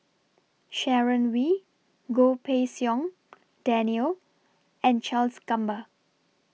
Sharon Wee Goh Pei Siong Daniel and Charles Gamba